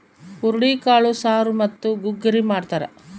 ಹುರುಳಿಕಾಳು ಸಾರು ಮತ್ತು ಗುಗ್ಗರಿ ಮಾಡ್ತಾರ